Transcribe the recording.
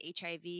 HIV